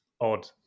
odd